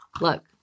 look